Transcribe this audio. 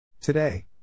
Today